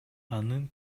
анын